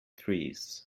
trees